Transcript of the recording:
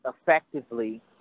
effectively